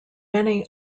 many